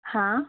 હા